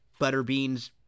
Butterbeans